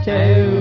Two